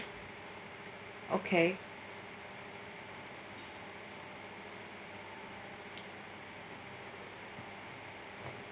okay